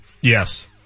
Yes